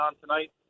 tonight